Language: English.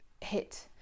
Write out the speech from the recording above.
hit